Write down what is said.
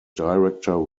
director